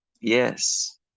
Yes